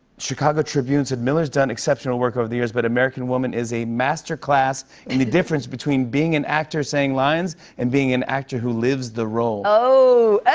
chicago tribune said, miller's done exceptional work over the years but american woman is a master class in the difference between being an actor saying lines and being an actor who lives the role. oh. oh!